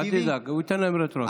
אל תדאג, הוא ייתן להם רטרואקטיבית.